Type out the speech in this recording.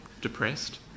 depressed